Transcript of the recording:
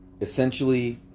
essentially